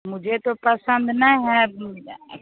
मुझे तो पसंद नहीं है